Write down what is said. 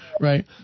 Right